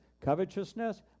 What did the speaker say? covetousness